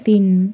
तिन